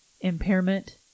impairment